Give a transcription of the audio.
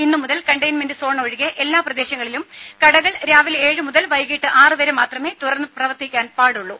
ഇന്ന് മുതൽ containment zone ഒഴികെ എല്ലാ പ്രദേശങ്ങളിലും കടകൾ രാവിലെ ഏഴ് മുതൽ വൈകീട്ട് ആറു വരെ മാത്രമേ തുറന്നു പ്രവർത്തിക്കാൻ പാടുള്ളൂ